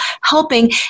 helping